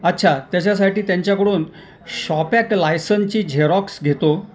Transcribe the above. अच्छा त्याच्यासाठी त्यांच्याकडून शॉप ॲक लायसनची झेरॉक्स घेतो